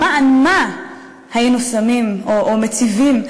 למען מה היינו שמים או מציבים,